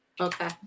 Okay